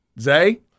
Zay